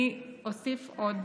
אני אוסיף עוד